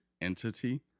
entity